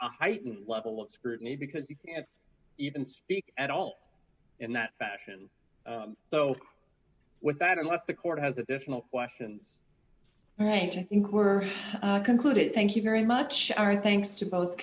heightened level of scrutiny because you can't even speak at all in that fashion so with that unless the court has additional questions all right i think we're concluded thank you very much our thanks to both